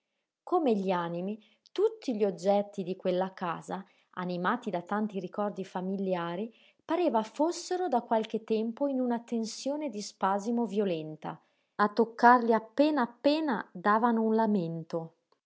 come gli animi tutti gli oggetti di quella casa animati da tanti ricordi familiari pareva fossero da qualche tempo in una tensione di spasimo violenta a toccarli appena appena davano un lamento